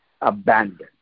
abandoned